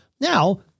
Now